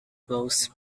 blows